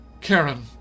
Karen